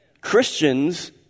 Christians